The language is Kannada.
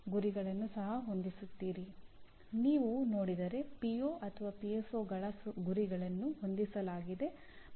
ಆದ್ದರಿಂದ ಇದು ಕೇವಲ ಮೂರು ವರ್ಷ ಹಳೆಯದಾಗಿದೆ